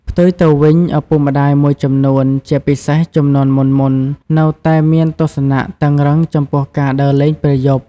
ផ្ទុយទៅវិញ ឪពុកម្ដាយមួយចំនួន ជាពិសេសជំនាន់មុនៗ នៅតែមានទស្សនៈតឹងរ៉ឹងចំពោះការដើរលេងពេលយប់ ។